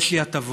יש לי הטבות,